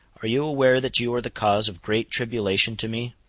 are you aware that you are the cause of great tribulation to me,